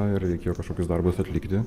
ir reikėjo kažkokius darbus atlikti